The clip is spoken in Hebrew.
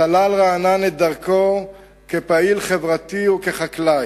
סלל רענן את דרכו כפעיל חברתי וכחקלאי,